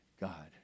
God